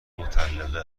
مطلقه